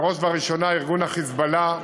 ובראש ובראשונה ארגון ה"חיזבאללה",